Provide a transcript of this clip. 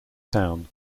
town